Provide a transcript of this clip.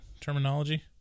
terminology